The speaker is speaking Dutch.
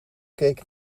keek